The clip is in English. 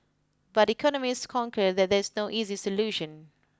but economists concur that there is no easy solution